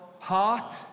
heart